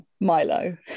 Milo